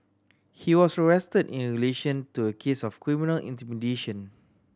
he was arrested in relation to a case of criminal intimidation